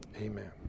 amen